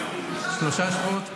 שלושה שבועות סיכמנו.